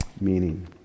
meaning